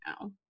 now